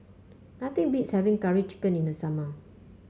nothing beats having Curry Chicken in the summer